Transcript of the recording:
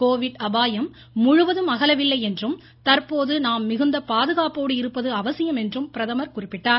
Covid அபாயம் முழுவதும் அகலவில்லை என்றும் தற்போது நாம் மிகுந்த பாதுகாப்போடு இருப்பது அவசியம் என்றும் குறிப்பிட்டார்